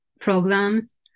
programs